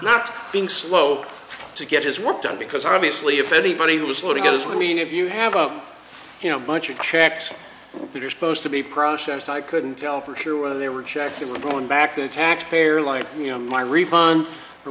not being slow to get his work done because obviously if anybody was going to get is i mean if you have a you know bunch of checks that are supposed to be processed i couldn't tell for sure whether they were check you were going back to the taxpayer like you know my refund or